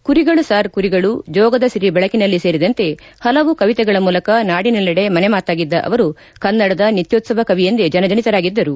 ಕುರಿಗಳು ಸಾರ್ ಕುರಿಗಳು ಜೋಗದ ಸಿರಿ ಬೆಳಕಿನಲ್ಲಿ ಸೇರಿದಂತೆ ಹಲವು ಕವಿತೆಗಳ ಮೂಲಕ ನಾಡಿನೆಲ್ಲೆಡೆ ಮನೆಮಾತಾಗಿದ್ದ ಅವರು ಕನ್ನಡದ ನಿತ್ಲೋತ್ತವ ಕವಿಯೆಂದೇ ಜನಜನಿತರಾಗಿದ್ದರು